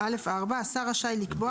"(א4) השר רשאי לקבוע